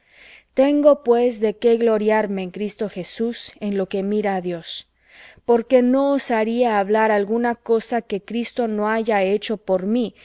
tengo pues de qué gloriarme en cristo jesús en lo que mira á dios porque no osaría hablar alguna cosa que cristo no haya hecho por mí